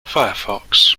firefox